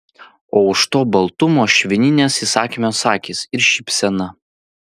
o už to baltumo švininės įsakmios akys ir šypsena